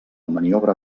maniobra